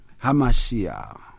Hamashiach